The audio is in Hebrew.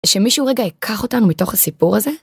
שמישהו רגע ייקח אותנו מתוך הסיפור הזה